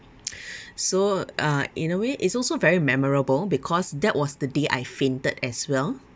so uh in a way it's also very memorable because that was the day I fainted as well